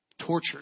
Tortured